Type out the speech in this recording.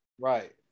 right